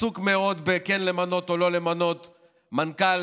עסוק מאוד בכן למנות או לא למנות מנכ"ל